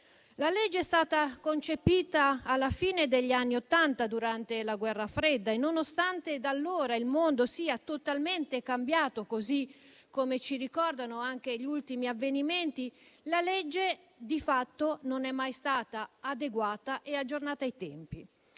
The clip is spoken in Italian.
Tale legge era stata concepita alla fine degli anni Ottanta durante la guerra fredda; nonostante da allora il mondo sia totalmente cambiato, come ci ricordano anche gli ultimi avvenimenti, di fatto non è mai stata adeguata e aggiornata ai tempi.